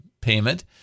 payment